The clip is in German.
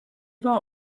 war